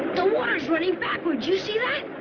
the water's running backwards. you see that?